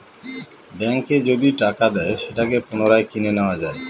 ব্যাঙ্কে যদি টাকা দেয় সেটাকে পুনরায় কিনে নেত্তয়া যায়